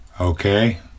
okay